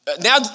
now